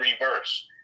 reverse